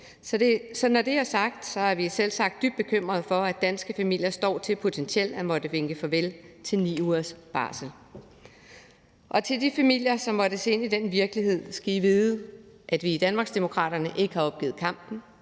men når det er sagt, er vi selvsagt dybt bekymrede for, at danske familier står til potentielt at måtte vinke farvel til 9 ugers barsel. Og de familier, som måtte se ind i den virkelighed, skal vide, at vi i Danmarksdemokraterne ikke har opgivet kampen.